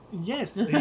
yes